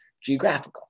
geographical